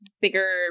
bigger